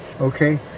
Okay